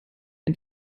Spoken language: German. ein